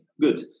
good